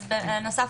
בנוסף,